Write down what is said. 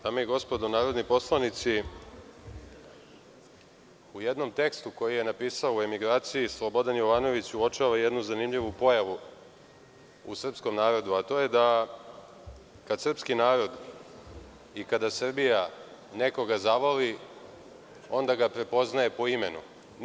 Dame i gospodo narodni poslanici, u jednom tekstu koji je napisao u emigraciji Slobodan Jovanović uočava jednu zanimljivu pojavu u srpskom narodu, a to je da kada srpski narod i kada Srbija nekoga zavoli onda ga prepoznaje po imenu.